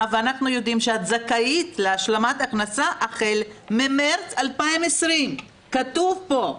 ואנחנו יודעים שאת זכאית להשלמת הכנסה החל ממרס 2020. כתוב פה,